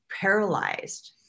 paralyzed